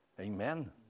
Amen